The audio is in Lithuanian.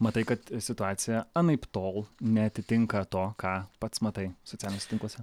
matai kad situacija anaiptol neatitinka to ką pats matai socialiniuose tinkluose